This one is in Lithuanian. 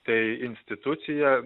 tai institucija